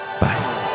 bye